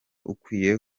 ukwiye